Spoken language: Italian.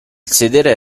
sedere